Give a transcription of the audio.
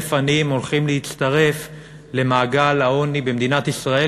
עניים הולכים להצטרף למעגל העוני במדינת ישראל,